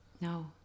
No